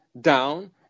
down